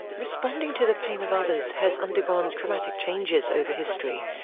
responding to the pain of others has undergone dramatic changes over history.